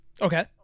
Okay